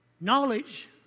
knowledge